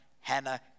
Hannah